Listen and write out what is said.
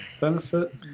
benefit